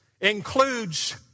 includes